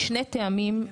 משני טעמים,